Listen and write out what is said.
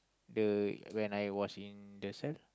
the when I was in the cell